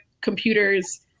computers